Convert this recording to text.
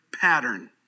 pattern